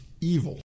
evil